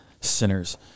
sinners